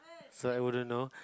so I wouldn't know